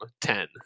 ten